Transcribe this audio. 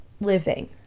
living